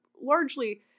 largely